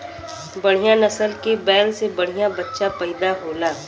बढ़िया नसल के बैल से बढ़िया बच्चा पइदा होला